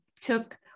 took